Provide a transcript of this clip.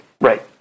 Right